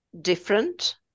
different